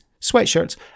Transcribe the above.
sweatshirts